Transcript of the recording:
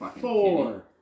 four